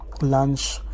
lunch